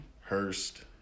Hurst